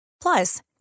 Plus